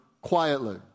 quietly